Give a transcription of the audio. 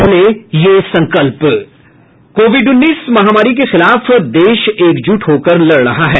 पहले ये संकल्प कोविड उन्नीस महामारी के खिलाफ देश एकजुट होकर लड़ रहा है